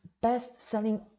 best-selling